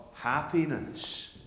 happiness